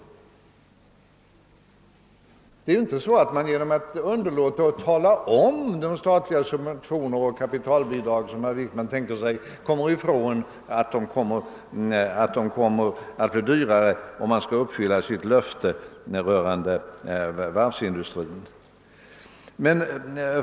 Genom att underlåta att tala om de statliga subventioner och kapitalbidrag som herr Wickman tänkte sig kommer man inte ifrån att det blir dyrare, om han skall uppfylla sitt löfte rörande varvsindustrin.